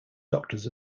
doctors